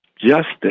justice